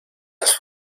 las